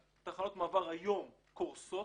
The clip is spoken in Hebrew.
תחנות המעבר היום קורסות.